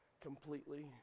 completely